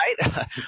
Right